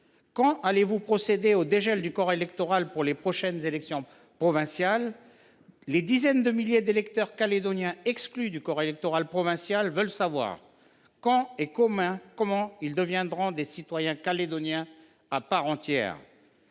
quand allez vous procéder au dégel du corps électoral pour les prochaines élections provinciales ? Les dizaines de milliers d’électeurs calédoniens exclus du corps électoral provincial veulent savoir quand et comment ils deviendront des citoyens calédoniens à part entière.